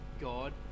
God